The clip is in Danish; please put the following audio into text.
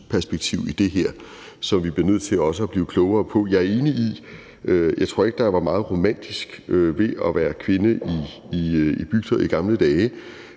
kønsperspektiv i det her, som vi bliver nødt til også at blive klogere på. Jeg tror ikke, at der var meget romantisk ved at være kvinde i bygder i gamle dage